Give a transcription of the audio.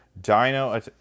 Dino